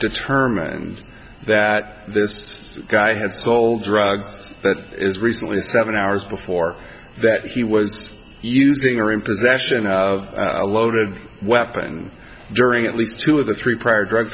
determines that this guy had sold drugs as recently as seven hours before that he was using or in possession of a loaded weapon during at least two of the three prior drug